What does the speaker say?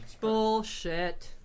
Bullshit